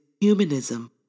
humanism